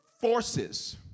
forces